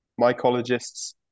mycologists